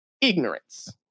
ignorance